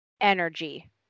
energy